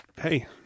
hey